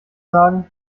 sagen